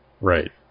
Right